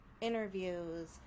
interviews